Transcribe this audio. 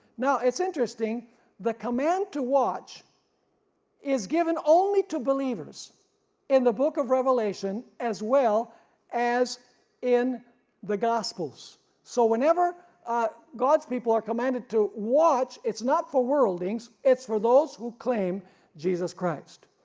now it's interesting the command to watch is given only to believers in the book of revelation as well as in the gospels. so whenever god's people are commanded to watch it's not for worldling, it's for those who claim jesus christ.